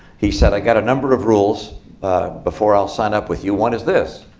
he said, i've got a number of rules before i'll sign up with you. one is this.